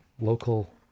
local